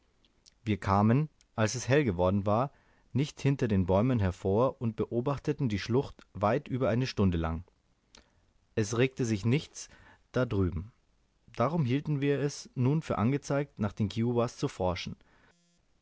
wir kamen als es hell geworden war nicht hinter den bäumen hervor und beobachteten die schlucht weit über eine stunde lang es regte sich nichts da drüben darum hielten wir es nun für angezeigt nach den kiowas zu forschen